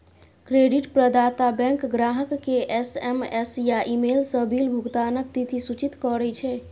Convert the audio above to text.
credit प्रदाता bank ग्राहक कें एस.एम.एस या ईमेल सं बिल भुगतानक तिथि सूचित करै छै